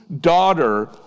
daughter